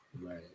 Right